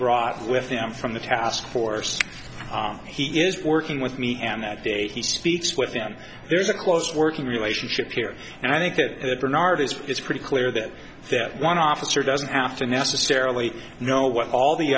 brought with them from the task force he is working with me and that day he speaks with them there's a close working relationship here and i think that bernard is it's pretty clear that that one officer doesn't have to necessarily know what all the